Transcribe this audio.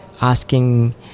asking